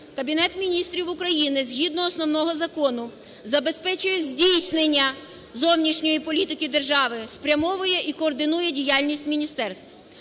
Кабінет Міністрів України, згідно основного закону, забезпечує здійснення зовнішньої політики держави, спрямовує і координує діяльність міністерств.